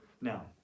Now